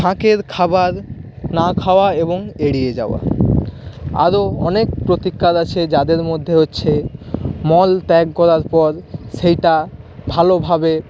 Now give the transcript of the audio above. ফাঁকের খাবার না খাওয়া এবং এড়িয়ে যাওয়া আরও অনেক প্রতিকার আছে যাদের মধ্যে হচ্ছে মল ত্যাগ করার পর সেইটা ভালোভাবে